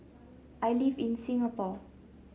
I live in Singapore